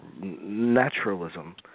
naturalism